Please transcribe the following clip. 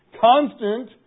constant